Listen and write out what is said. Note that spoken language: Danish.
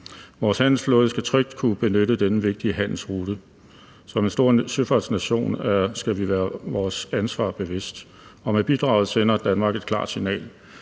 Vores handelsflåde skal trygt kunne benytte denne vigtige handelsrute. Som en stor søfartsnation skal vi være vores ansvar bevidst, og med bidraget sender Danmark et klart signal.